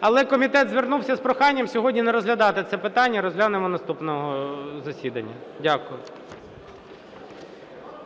Але комітет звернувся з проханням сьогодні не розглядати це питання, розглянемо наступного засідання. Дякую.